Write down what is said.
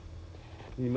ya so if